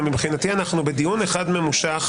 ומבחינתי אנחנו בדיון אחד ממושך,